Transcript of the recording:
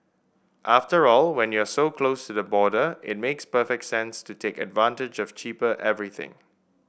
after all when you're so close to the border it makes perfect sense to take advantage of cheaper everything